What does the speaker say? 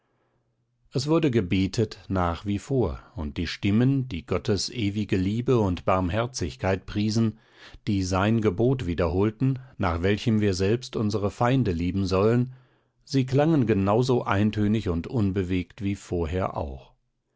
es wurde gebetet nach wie vor und die stimmen die gottes ewige liebe und barmherzigkeit priesen die sein gebot wiederholten nach welchem wir selbst unsere feinde lieben sollen sie klangen genau so eintönig und unbewegt wie vorher auch